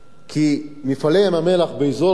כי "מפעלי ים-המלח" באזור הזה,